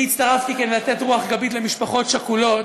אני הצטרפתי כדי לתת רוח גבית למשפחות שכולות,